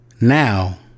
now